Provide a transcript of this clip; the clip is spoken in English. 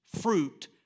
fruit